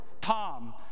Tom